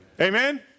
Amen